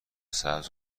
سبز